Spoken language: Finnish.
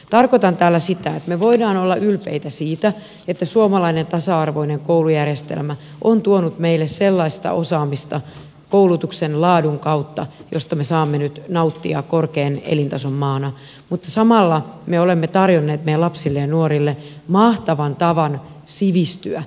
tarkoitan tällä sitä että me voimme olla ylpeitä siitä että suomalainen tasa arvoinen koulujärjestelmä on tuonut meille koulutuksen laadun kautta sellaista osaamista josta me saamme nyt nauttia korkean elintason maana mutta samalla me olemme tarjonneet meidän lapsille ja nuorille mahtavan tavan sivistyä